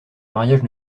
mariage